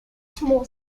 small